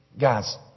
Guys